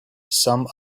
some